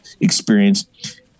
experience